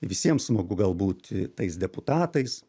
visiems smagu gal būti tais deputatais